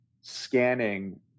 scanning